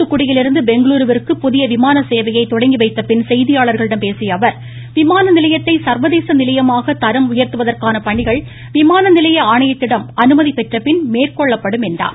தூத்துக்குடியிலிருந்து பெங்களுருவிற்கு புதிய விமான சேவையை தொடங்கி வைத்தபின் செய்தியாளர்களிடம் பேசிய அவர் விமான நிலையத்தை சர்வதேச நிலையமாக தரம் உயர்த்துவதற்கான பணிகள் விமான நிலைய ஆணையத்திடம் அனுமதி பெற்றபின் மேற்கொள்ளப் படும் என்றார்